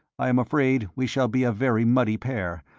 i am afraid we shall be a very muddy pair,